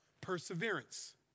Perseverance